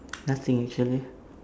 nothing actually